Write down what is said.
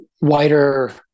wider